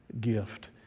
gift